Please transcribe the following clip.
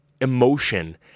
emotion